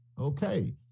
okay